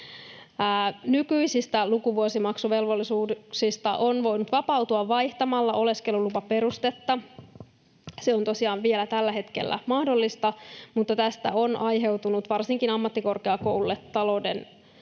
Nykyisistä lukuvuosimaksuvelvollisuuksista on voinut vapautua vaihtamalla oleskelulupaperustetta. Se on tosiaan vielä tällä hetkellä mahdollista, mutta tästä on aiheutunut varsinkin ammattikorkeakouluille talouden